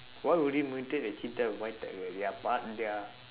why would you mutate a cheetah and white tiger they are a part they are